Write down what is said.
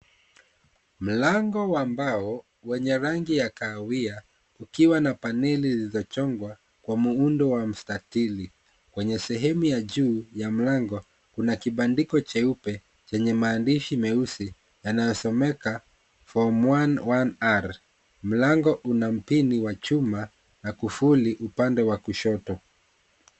Mlango wa mbao wenye rangi ya kahawia ukiwa na paneli za chungwa kwa muundo wa mstatili. Kwenye sehemu ya juu ya mlango kuna kibandiko chenye maandishi yanayosomeka form 1 r . Mlango una mpini wa chuma na kufuli upande wa kushoto.